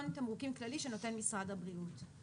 תמרוקים כללי שנותן משרד הבריאות.